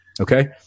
okay